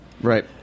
right